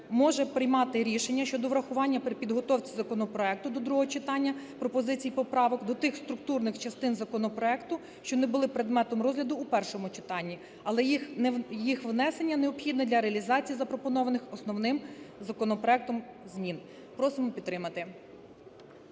може приймати рішення щодо врахування при підготовці законопроекту до другого читання пропозицій і поправок до тих структурних частин законопроекту, що не були предметом розгляду у першому читанні, але їх внесення необхідне для реалізації запропонованих основним законопроектом змін. Просимо підтримати.